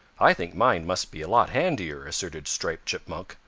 i think mine must be a lot handier, asserted striped chipmunk,